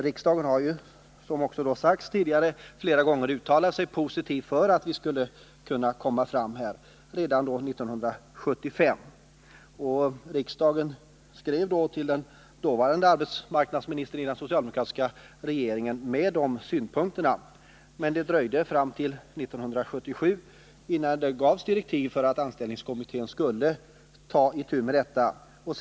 Riksdagen har, som tidigare sagts, flera gånger, bl.a. redan 1975, uttalat Anställningsskydd sig positivt för att vi skulle komma fram på detta område. Riksdagen för långtidssjuka, framförde då skriftligen dessa synpunkter till den dåvarande arbetsmark = m.m. nadsministern i den socialdemokratiska regeringen. Men det dröjde fram till 1977 innan det gavs direktiv till anställningsskyddskommittén att ta itu med denna fråga.